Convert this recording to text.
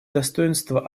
достоинства